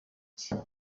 cye